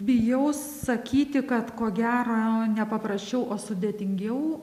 bijau sakyti kad ko gero ne paprasčiau o sudėtingiau